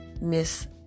Miss